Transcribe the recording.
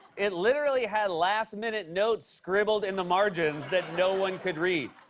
it literally had last minute notes scribbled in the margins that no one could read.